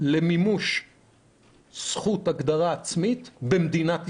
למימוש זכות הגדרה עצמית במדינת ישראל.